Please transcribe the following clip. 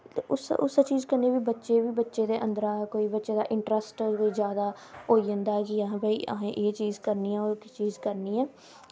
उस्सै चीज़ कन्नै बी बच्चे फ्ही बच्चे दै अन्दरा कोई बच्चे दा इंटरस्ट होग जादा होई जंदा कि भाई असें भाई असें एह् चीज़ करनी ऐ ओह् चीज़ करनी ऐ ते